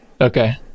Okay